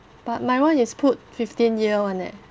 but my one is put fifteen year [one] eh